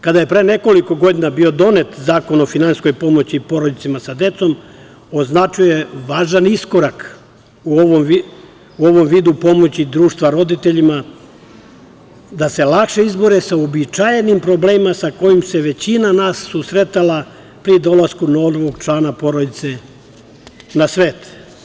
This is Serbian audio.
Kada je pre nekoliko godina bio donet Zakon o finansijskoj pomoći porodicama sa decom, označio je važan iskorak u ovom vidu pomoći društva roditeljima da se lakše izbore sa uobičajenim problemima sa kojim se većina nas susretala pri dolasku novog člana porodice na svet.